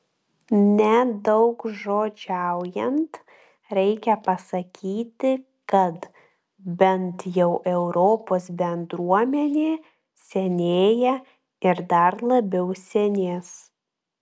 nedaugžodžiaujant reikia pasakyti kad bent jau europos bendruomenė senėja ir dar labiau senės